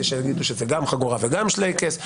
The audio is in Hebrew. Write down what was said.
יש שיגידו שזה גם חגורה וגם שלייקעס,